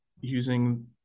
using